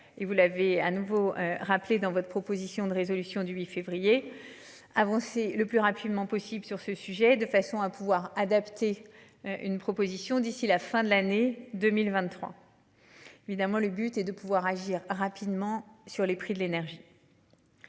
Il vous l'avez à nouveau rappelé dans votre proposition de résolution du 8 février. Avancée le plus rapidement possible sur ce sujet de façon à pouvoir adapter. Une proposition d'ici la fin de l'année 2023. Évidemment, le but est de pouvoir agir rapidement sur les prix de l'énergie.